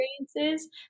experiences